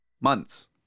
months